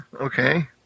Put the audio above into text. Okay